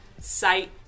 site